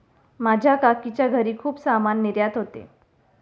माझ्या काकीच्या घरी खूप सामान निर्यात होते